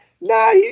Nah